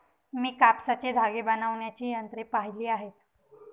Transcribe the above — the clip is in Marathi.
मी कापसाचे धागे बनवण्याची यंत्रे पाहिली आहेत